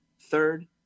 Third